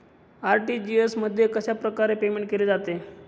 RTGS मध्ये कशाप्रकारे payment केले जाते?